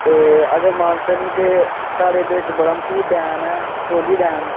ते अगर मानसर निं ते साढ़े इक्क इद्धर बड़ा मशहूर डैम ऐ बसोहली डैम